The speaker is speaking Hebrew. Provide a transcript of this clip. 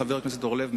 חבר הכנסת אורלב,